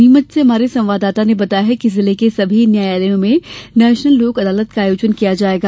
नीमच से हमारे संवाददाता ने बताया है कि जिले के सभी न्यायालयों में नेशनल लोक अदालत का आयोजन किया जायेगा